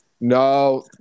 No